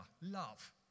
love